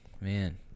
man